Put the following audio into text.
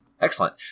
Excellent